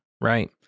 right